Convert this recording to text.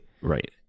Right